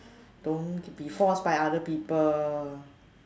don't be forced by other people